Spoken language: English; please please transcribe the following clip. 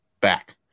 back